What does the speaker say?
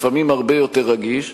לפעמים הרבה יותר רגיש,